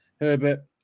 Herbert